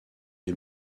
est